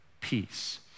peace